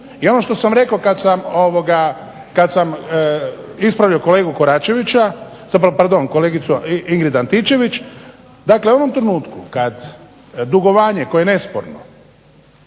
I ono što sam rekao kad sam ispravljao kolegu Koračevića, zapravo pardon kolegicu Ingrid Antičević, dakle u ovom trenutku kad dugovanje koje je nesporno